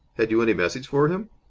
had you any message for him?